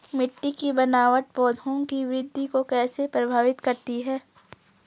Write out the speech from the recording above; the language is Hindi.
मिट्टी की बनावट पौधों की वृद्धि को कैसे प्रभावित करती है?